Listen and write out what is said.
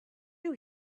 you